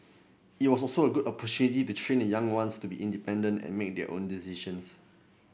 it was also a good opportunity to train the young ones to be independent and make their own decisions